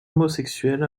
homosexuel